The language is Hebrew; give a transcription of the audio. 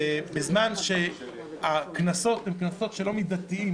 ובזמן שהקנסות הם קנסות לא מידתיים,